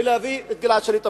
ולהביא את גלעד שליט הביתה.